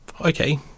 okay